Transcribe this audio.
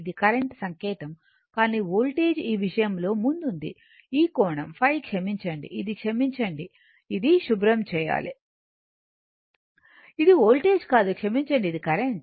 ఇది కరెంట్ సంకేతం కానీ వోల్టేజ్ ఈ విషయంలో ముందుందిఈ కోణం ϕ క్షమించండి ఇది క్షమించండి ఇది శుభ్రం చేయాలి ఇది వోల్టేజ్ కాదు క్షమించండి ఇది కరెంట్